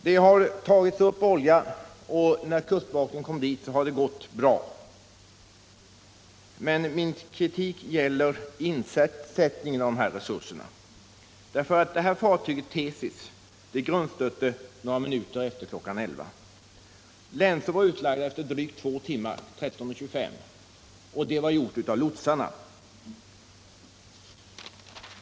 Sedan kustbevakningen väl kommit ut har den visserligen tagit upp olja, och detta har gått bra, men min kritik gäller själva insättandet av resurserna. Fartyget Tsesis grundstötte några minuter efter kl. 11, och länsor blev efter drygt två timmar — kl. 13.25 — utlagda av lotsarna.